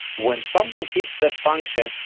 when something hits that function,